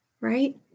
right